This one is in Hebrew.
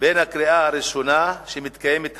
בין הקריאה הראשונה, שמתקיימת היום,